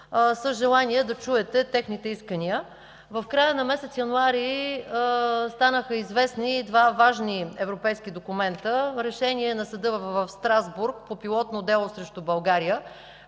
с желание да чуете техните искания. В края на месец януари станаха известни два важни европейски документа – решение на Съда в Страсбург по пилотно дело срещу България,